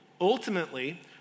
Ultimately